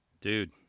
dude